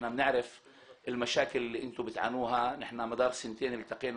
הם קשרו את גורלם איתנו אחרי מבצע ליטני עד עצם